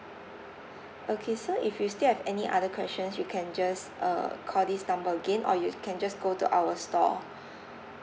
okay so if you still have any other questions you can just uh call this number again or you can just go to our store